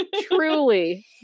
Truly